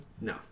No